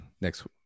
next